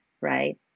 right